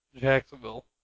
Jacksonville